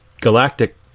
Galactic